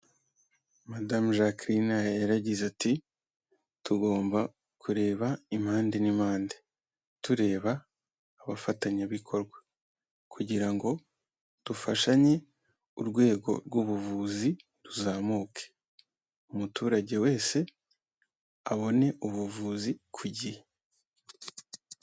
Madamu Jacqueline yaragize ati, tugomba kureba impande n'impande. Tureba abafatanyabikorwa. Kugira ngo dufashanye urwego rw'ubuvuzi ruzamuke. Umuturage wese abone ubuvuzi, ku gihe.